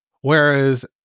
whereas